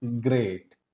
Great